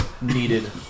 needed